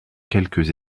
quelques